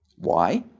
why?